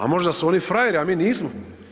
Al možda su oni frajeri, a mi nismo?